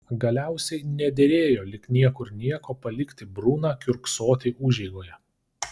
galiausiai nederėjo lyg niekur nieko palikti bruną kiurksoti užeigoje